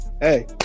hey